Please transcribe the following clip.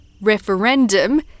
referendum